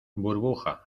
burbuja